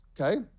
okay